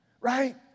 Right